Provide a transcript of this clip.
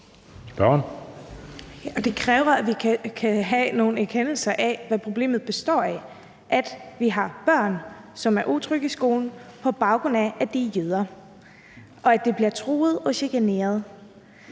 Det kræver, at vi kan nå til en erkendelse af, hvad problemet består i, nemlig at vi har børn, som er utrygge i skolen, på baggrund af, at de er jøder, og at de bliver truet og chikaneret,